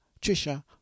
Trisha